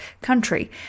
country